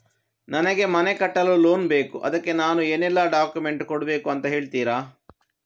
ನನಗೆ ಮನೆ ಕಟ್ಟಲು ಲೋನ್ ಬೇಕು ಅದ್ಕೆ ನಾನು ಏನೆಲ್ಲ ಡಾಕ್ಯುಮೆಂಟ್ ಕೊಡ್ಬೇಕು ಅಂತ ಹೇಳ್ತೀರಾ?